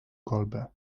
kolbę